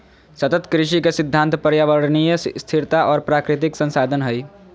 सतत कृषि के सिद्धांत पर्यावरणीय स्थिरता और प्राकृतिक संसाधन हइ